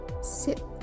Sit